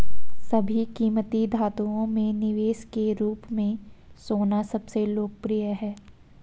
सभी कीमती धातुओं में निवेश के रूप में सोना सबसे लोकप्रिय है